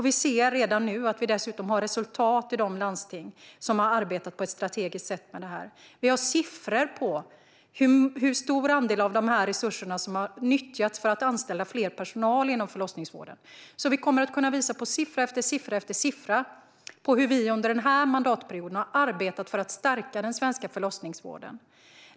Vi ser redan nu att vi dessutom har resultat i de landsting som har arbetat på ett strategiskt sätt med detta. Vi har siffror på hur stor andel av resurserna som har nyttjats för att anställa mer personal inom förlossningsvården. Vi kommer att kunna visa siffra efter siffra på hur vi under denna mandatperiod har arbetat för att stärka den svenska förlossningsvården.